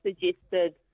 suggested